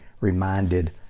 reminded